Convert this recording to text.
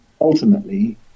ultimately